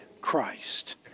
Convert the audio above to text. Christ